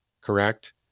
correct